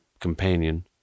companion